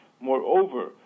Moreover